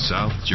South